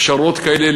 פשרות כאלה,